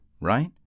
right